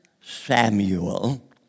Samuel